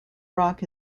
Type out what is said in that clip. rock